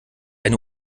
eine